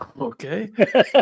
okay